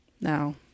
Now